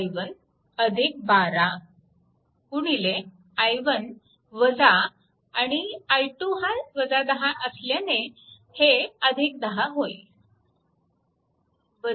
i1 12 i1 आणि i2 हा 10 असल्याने हे 10 होईल